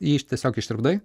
jį tiesiog ištirpdai